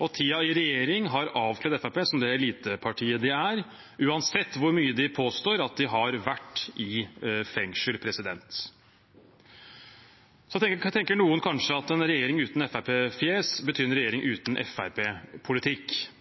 Tiden i regjering har avkledd Fremskrittspartiet som det elitepartiet de er, uansett hvor mye de påstår at de har vært i fengsel. Så tenker kanskje noen at en regjering uten Fremskrittsparti-fjes er en regjering uten